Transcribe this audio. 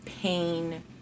pain